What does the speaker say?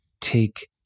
take